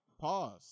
Pause